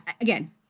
Again